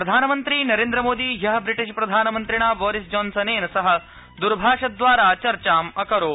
प्रधानमन्त्री Narendra Modi द्यः ब्रिटिशप्रधानमन्त्रिणा Boris Johnson सह दुरभाषद्वारा चर्चा अकरोत्